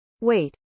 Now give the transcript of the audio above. Wait